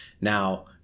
Now